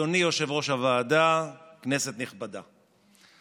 אדוני יושב-ראש הוועדה, כנסת נכבדה,